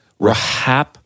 Rahap